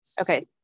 Okay